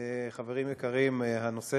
תודה רבה, חברים יקרים, הנושא